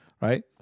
right